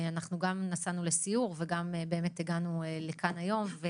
אנחנו גם נסענו לסיור וגם הגענו לכאן היום.